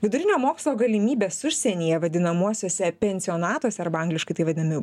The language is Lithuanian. vidurinio mokslo galimybes užsienyje vadinamuosiuose pensionatuose arba angliškai tai vadinami